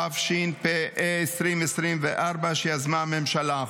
התשפ"ה 2024, שיזמה הממשלה.